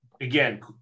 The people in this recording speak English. again